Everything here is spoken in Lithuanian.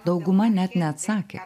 dauguma net neatsakė